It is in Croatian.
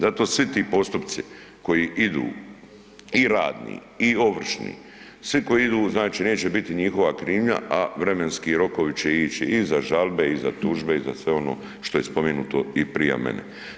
Zato svi ti postupci koji idu i radni i ovršni, svi koji idu znači neće biti njihova krivnja, a vremenski rokovi će ići i za žalbe i za tužbe i za sve ono što je spomenuto i prije mene.